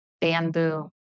bamboo